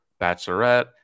Bachelorette